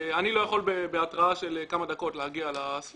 אני לא יכול בהתראה של כמה דקות להגיע לספירה.